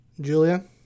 Julia